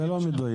זה לא מדויק.